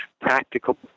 practical